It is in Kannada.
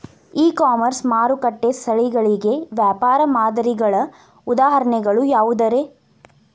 ಇ ಕಾಮರ್ಸ್ ಮಾರುಕಟ್ಟೆ ಸ್ಥಳಗಳಿಗೆ ವ್ಯಾಪಾರ ಮಾದರಿಗಳ ಉದಾಹರಣೆಗಳು ಯಾವವುರೇ?